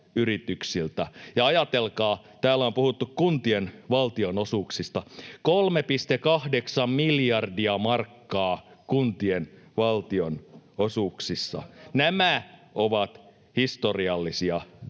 Ja ajatelkaa — täällä on puhuttu kuntien valtionosuuksista: 3,8 miljardia markkaa kuntien valtionosuuksista. Nämä ovat historiallisia